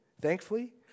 thankfully